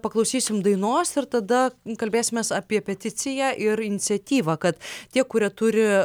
paklausysime dainos ir tada kalbėsimės apie peticiją ir iniciatyvą kad tie kurie turi